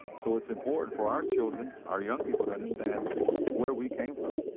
so it's important for our children, our young people to understand where we came from,